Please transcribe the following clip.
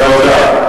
תודה.